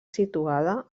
situada